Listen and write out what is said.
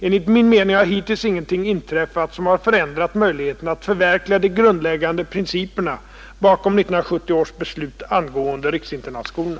Enligt min mening har hittills ingenting inträffat som har förändrat möjligheterna att förverkliga de grundläggande principerna bakom 1970 års beslut angående riksinternatskolorna.